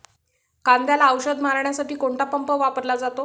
कांद्याला औषध मारण्यासाठी कोणता पंप वापरला जातो?